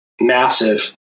massive